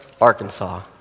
Arkansas